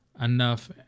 enough